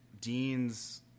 deans